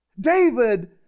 David